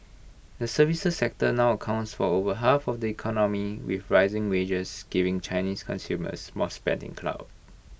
the services sector now accounts for over half of the economy with rising wages giving Chinese consumers more spending clout